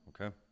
Okay